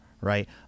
right